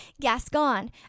Gascon